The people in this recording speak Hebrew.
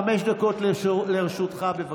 חמש דקות לרשותך, בבקשה.